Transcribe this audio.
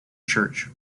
church